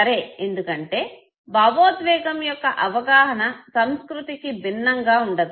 సరే ఎందుకంటే భావోద్వేగం యొక్క అవగాహన సంస్కృతికి భిన్నంగా ఉండదు